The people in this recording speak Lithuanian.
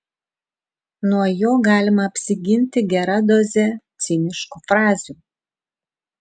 nuo jo galima apsiginti gera doze ciniškų frazių